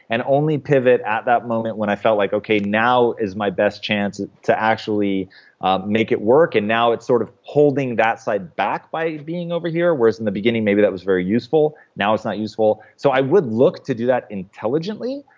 and only pivot at that moment when i felt like, okay, now is my best chance to actually make it work, and now it's sort of holding that side back by being over here. whereas in the beginning, maybe that was very useful, now it's not useful. so i would look to do that intelligently,